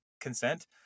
consent